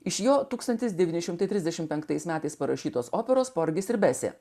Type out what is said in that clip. iš jo tūkstantis devyni šimtai trisdešimt penktais metais parašytos operos porgis ir besė